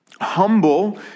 humble